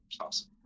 awesome